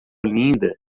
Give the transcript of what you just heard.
linda